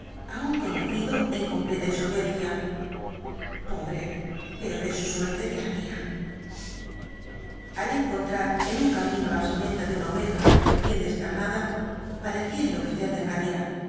apocalipsis conocido en completa insolvencia pobre peor es su suerte que la mía al encontrar en un camino la osamenta de una oveja recién descarnada parecía enloquecer de rabia